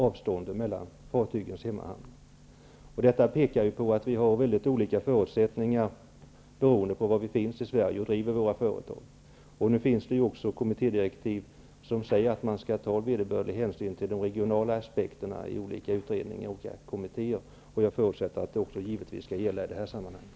Detta visar att vi har mycket olika förutsättningar beroende på var i Sverige vi finns och driver våra företag. Nu finns det ju också kommittédirektiv som säger att man i olika utredningar och kommittéer skall ta vederbörlig hänsyn till de regionala aspekterna. Jag förutsätter att det också skall gälla i det här sammanhanget.